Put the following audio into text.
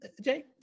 Jay